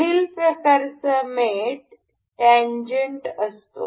पुढील प्रकारचा मेट टेन्जेन्ट असतो